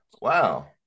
Wow